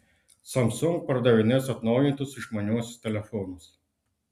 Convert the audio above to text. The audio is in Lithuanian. samsung pardavinės atnaujintus išmaniuosius telefonus